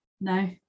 No